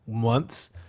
Months